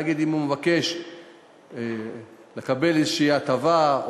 נגיד אם הוא מבקש לקבל איזושהי הטבה,